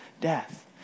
death